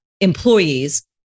employees